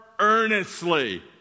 earnestly